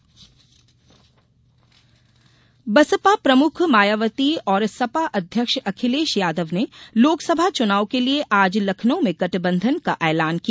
गठबंधन बसपा प्रमुख मायावती और सपा अध्यक्ष अखिलेश यादव ने लोकसभा चुनाव के लिए आज लखनऊ में गठबंधन का ऐलान किया